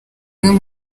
bamwe